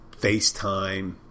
FaceTime